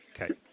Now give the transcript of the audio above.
Okay